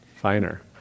Finer